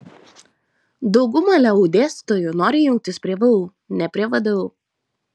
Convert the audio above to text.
dauguma leu dėstytojų nori jungtis prie vu ne prie vdu